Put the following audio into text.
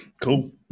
Cool